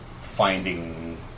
finding